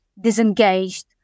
disengaged